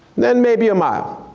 then maybe a mile.